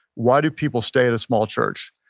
why do people stay at a small church?